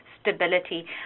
stability